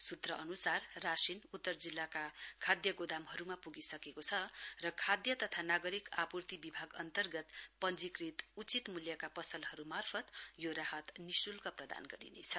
सूत्र अनुसार राशिन उत्तर जिल्लाका खाद्य गोदानहरूमा पुगिसकेको छ र खाद्य तथा नागरिक आपुर्ति विभाग अन्तर्गत पञ्जीकृत उचित मूल्यका पसलहरू मार्फत यो राहत निशुल्क प्रदान गरिनेछ